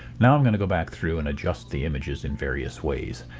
now i'm going to go back through and adjust the images in various ways.